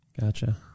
Gotcha